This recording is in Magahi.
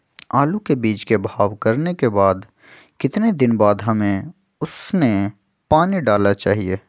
आलू के बीज के भाव करने के बाद कितने दिन बाद हमें उसने पानी डाला चाहिए?